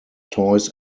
toys